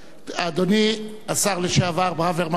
אדוני השר לשעבר ברוורמן, בבקשה.